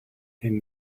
came